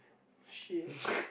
shit